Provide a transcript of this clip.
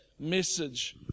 message